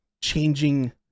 changing